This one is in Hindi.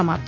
समाप्त